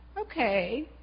okay